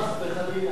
חס וחלילה.